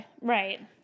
right